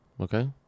Okay